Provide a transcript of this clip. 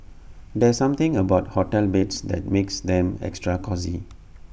there's something about hotel beds that makes them extra cosy